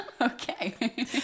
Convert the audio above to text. okay